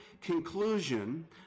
conclusion